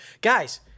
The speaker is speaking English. guys